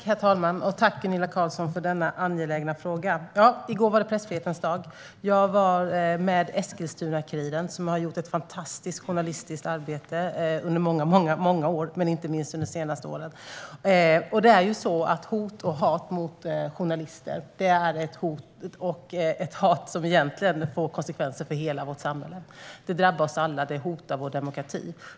Herr talman! Tack för denna angelägna fråga, Gunilla Carlsson! Ja, i går var det Pressfrihetens dag. Jag var med Eskilstuna Kuriren, som har gjort ett fantastiskt journalistiskt arbete under många, många år, men inte minst under det senaste året. Det är ju så att hot och hat mot journalister är hot och hat som egentligen får konsekvenser för hela vårt samhälle. Det drabbar oss alla och hotar vår demokrati.